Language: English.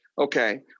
okay